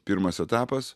pirmas etapas